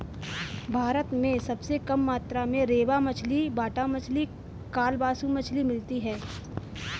भारत में सबसे कम मात्रा में रेबा मछली, बाटा मछली, कालबासु मछली मिलती है